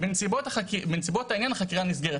'בנסיבות העניין החקירה נסגרת'.